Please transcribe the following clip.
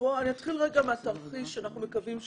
אני אתחל מהתרחיש שאנחנו מקווים שיתבצע,